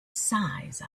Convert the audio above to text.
size